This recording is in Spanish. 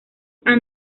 han